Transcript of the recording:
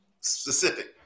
specific